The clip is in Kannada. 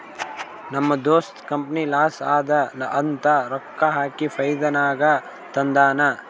ನಮ್ ದೋಸ್ತ ಕಂಪನಿ ಲಾಸ್ ಅದಾ ಅಂತ ರೊಕ್ಕಾ ಹಾಕಿ ಫೈದಾ ನಾಗ್ ತಂದಾನ್